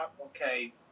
okay